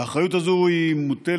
האחריות הזו מוטלת,